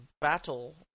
battle